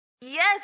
Yes